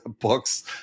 books